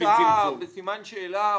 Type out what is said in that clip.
בסימן שאלה,